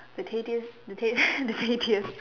the tastiest the taste the tastiest